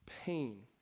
pain